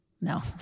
No